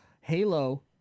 Halo